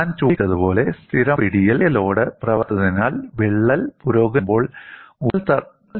ഞാൻ ചൂണ്ടിക്കാണിച്ചതുപോലെ സ്ഥിരമായ പിടിയിൽ ബാഹ്യ ലോഡ് പ്രവർത്തിക്കാത്തതിനാൽ വിള്ളൽ പുരോഗമിക്കുമ്പോൾ ഊർജ്ജ പ്രകാശന നിരക്ക് കുറയുന്നു